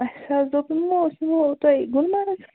اَسہِ حظ دوٚپ یمو أسۍ نِمو تُہۍ گُلمرگ